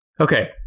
Okay